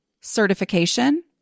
certification